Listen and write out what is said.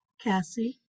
Cassie